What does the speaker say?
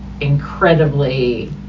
incredibly